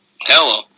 Hello